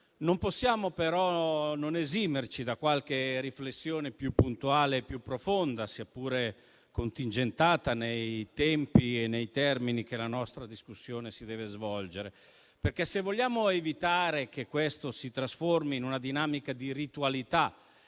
non possiamo però non esimerci da qualche riflessione più puntuale e più profonda, sia pure contingentata nei tempi e nei termini in cui la nostra discussione si deve svolgere. Infatti, se vogliamo evitare che questo si trasformi in una dinamica di ritualità,